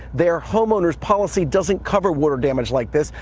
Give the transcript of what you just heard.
their homeowners policy doesn't cover water damage like this.